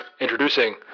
Introducing